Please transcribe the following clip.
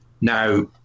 Now